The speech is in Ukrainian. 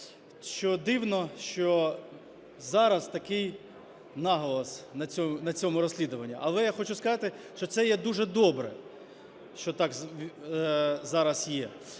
що дивно, що зараз такий наголос на цьому розслідуванні. Але я хочу сказати, що це є дуже добре, що так зараз є.